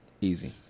Easy